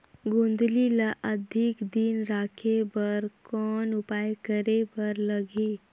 गोंदली ल अधिक दिन राखे बर कौन उपाय करे बर लगही?